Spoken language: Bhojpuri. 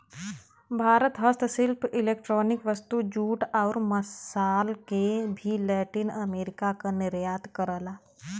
भारत हस्तशिल्प इलेक्ट्रॉनिक वस्तु, जूट, आउर मसाल क भी लैटिन अमेरिका क निर्यात करला